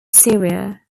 syria